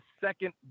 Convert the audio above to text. second